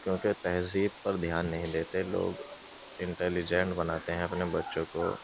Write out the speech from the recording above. کیوںکہ تہذیب پر دھیان نہیں دیتے لوگ انٹیلیجنٹ بناتے ہیں اپنے بچوں کو